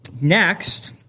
Next